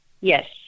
Yes